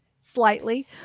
slightly